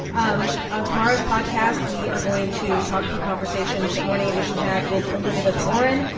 um on tomorrow's podcast, we are going to talk through conversations that morning edition had with elizabeth warren,